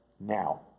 now